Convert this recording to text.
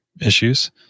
issues